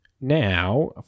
Now